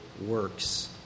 works